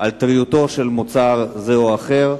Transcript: על טריותו של מוצר זה או אחר.